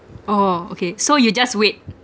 oh okay so you just wait